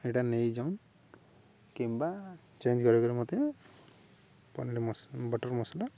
ଏଇଟା ନେଇଯାଉନ୍ କିମ୍ବା ଚେଞ୍ଜ କରିକରି ମୋତେ ପନିର ବଟର ମସଲା